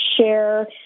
share